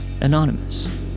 anonymous